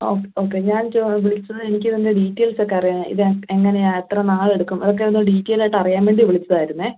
okay okay ഞാൻ വിളിച്ചത് എനിക്ക് ഇതിൻ്റെ ഡീറ്റെയിൽസൊക്കെ അറിയാൻ ഇത് എങ്ങനെയാണ് എത്ര നാളെടുക്കും അതൊക്കെ ഒന്ന് ഡീറ്റെയിലായിട്ട് അറിയാൻ വേണ്ടി വിളിച്ചതായിരുന്നെ